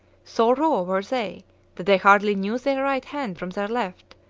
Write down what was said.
so raw were they that they hardly knew their right hand from their left,